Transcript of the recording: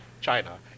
China